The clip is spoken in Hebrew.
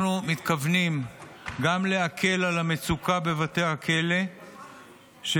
אנחנו מתכוונים גם להקל על המצוקה בבתי הכלא של